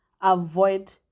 avoid